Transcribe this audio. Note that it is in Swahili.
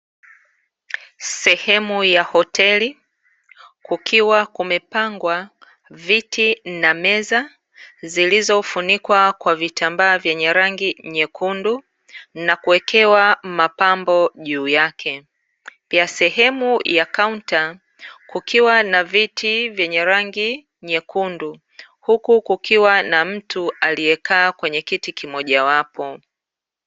Sehemu ya hoteli kukiwa kumepangwa viti na meza zilizofunikwa na vitambaa vyenye rangi nyekundu, na kuwekewa mapambo juu yake, pia sehemu ya kaunta kukiwa na viti vyenye rangi nyekundu, huku kukiwa na mtu aliyekaa kwenye kiti kimojawapo.